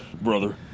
Brother